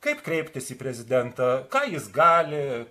kaip kreiptis į prezidentą ką jis gali